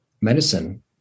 medicine